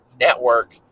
network